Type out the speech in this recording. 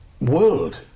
world